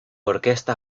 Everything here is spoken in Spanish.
orquesta